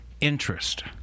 interest